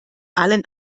allen